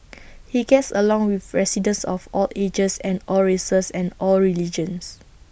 he gets along with residents of all ages and all races and all religions